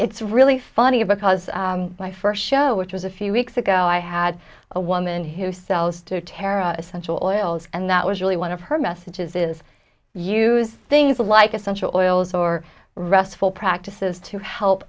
it's really funny because my first show which was a few weeks ago i had a woman who sells to tara essential oils and that was really one of her messages is use things like essential oils or restful practices to help